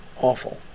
awful